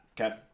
okay